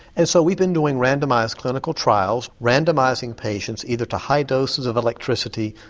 and so we've been doing randomised clinical trials, randomising patients either to high doses of electricity,